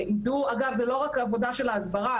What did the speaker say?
זו לא רק העבודה של ההסברה,